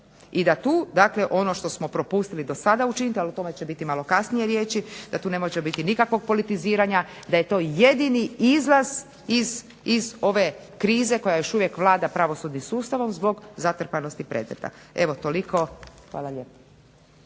i da tu, dakle ono što smo propustili do sada učiniti, ali o tome će biti malo kasnije riječi, da tu ne može biti nikakvog politiziranja, da je to jedini izlaz iz ove krize koja još uvijek vlada pravosudnim sustavom zbog zatrpanosti predmeta. Evo toliko. Hvala lijepo.